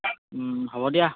ওম হ'ব দিয়া